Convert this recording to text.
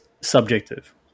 subjective